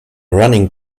running